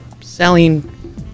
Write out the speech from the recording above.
selling